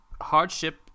hardship